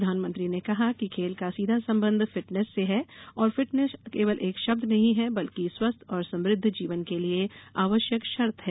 प्रधानमंत्री ने कहा कि खेल का सीधा संबंध फिटनेस से है और फिटनेस केवल एक शब्द नहीं है बल्कि स्वस्थ और समृद्ध जीवन के लिए आवश्यक शर्त है